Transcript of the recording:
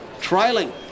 trailing